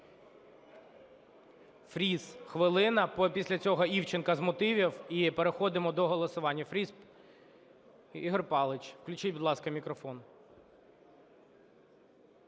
Фріс, хвилина. Після цього Івченко з мотивів, і переходимо до голосування. Фріс Ігор Павлович. Включіть, будь ласка, мікрофон.